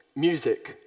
music,